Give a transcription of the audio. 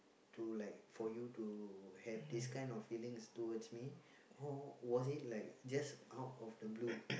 to like for you to have this kind of feelings towards me or was it like just out of the blue